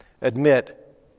admit